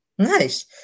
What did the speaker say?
Nice